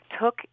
took